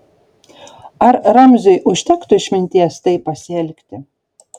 ar ramziui užtektų išminties taip pasielgti